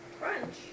Crunch